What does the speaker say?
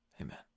Amen